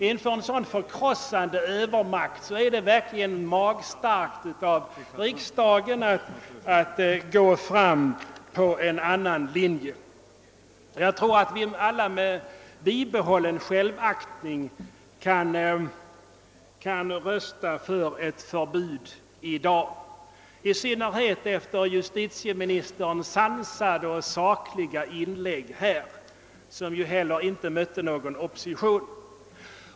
Inför en sådan förkrossande övermakt vore det verkligen magstarkt av riksdagen att välja en annan linje. Jag tror att vi alla med bibehållen självaktning kan rösta för ett förbud i dag, i synnerhet efter justitieministerns sansade och sakliga inlägg här som ju heller inte mötte någon opposition.